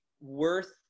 worth